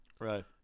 Right